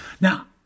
Now